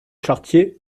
chartier